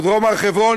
או דרום הר-חברון,